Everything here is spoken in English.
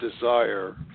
desire